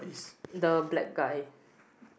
the black guy